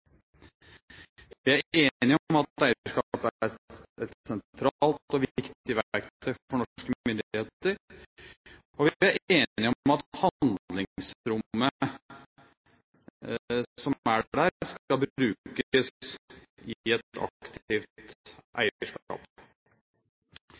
Vi er enige om at eierskapet er et sentralt og viktig verktøy for norske myndigheter, og vi er enige om at handlingsrommet som er der, skal brukes i et aktivt